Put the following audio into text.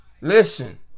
Listen